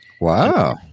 Wow